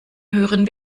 höheren